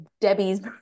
Debbie's